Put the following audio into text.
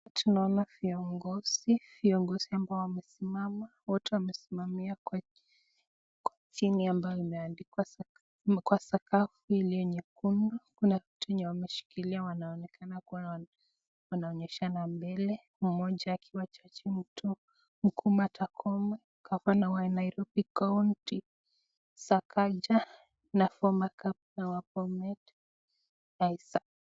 Tunaona viongozi, viongozi ambao wamesimama wote wamesimama kwa sakafu iliyo nyekundu. Kuna kitu kenye wameshikililia wanaonekana kama wakionyesha mbele, mmnoja akiwa jaji mkuu Martha Koome, governor wa Nairobi Sakaja na former governor wa Bomet Isaac.